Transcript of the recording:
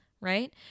right